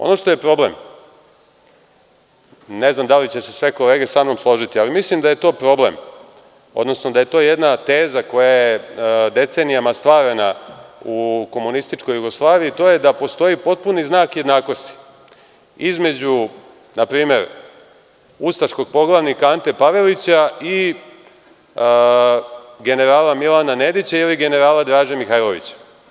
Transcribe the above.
Ono što je problem, ne znam da li će se sve kolege sa mnom složiti, ali mislim da je to problem, odnosno da je to jedna teza koja je decenijama stvarana u komunističkoj Jugoslaviji, to je da postoji potpuni znak jednakosti između, na primer, ustaškog poglavnika Ante Pavelića i generala Milana Nedića ili generala Draže Mihajlovića.